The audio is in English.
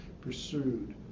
pursued